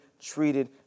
treated